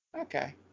Okay